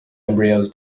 embryos